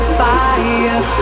fire